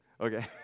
Okay